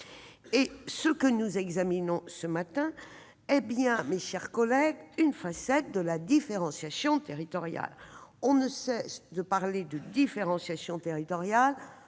Et ce que nous examinons ce jour est bien, mes chers collègues, une facette de la différenciation territoriale. On ne cesse de parler de différenciation territoriale